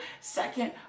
second